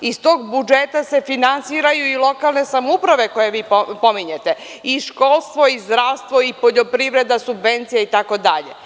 Iz tog budžeta se finansiraju i lokalne samouprave koje vi pominjete, i školstvo i zdravstvo i poljoprivreda, subvencije, itd.